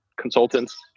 consultants